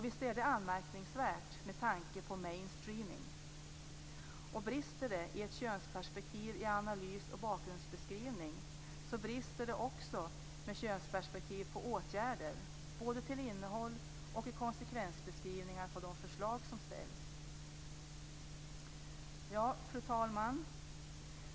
Visst är det anmärkningsvärt med tanke på mainstreaming. Brister det i ett könsperspektiv i analys och bakgrundsbeskrivning, brister det också vad gäller könsperspektiv på åtgärder, både till innehåll och till konsekvensbeskrivningar av de förslag som ställs. Fru talman!